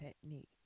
technique